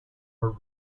her